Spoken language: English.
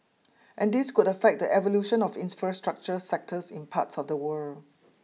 and this could affect the evolution of infrastructure sectors in parts of the world